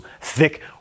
thick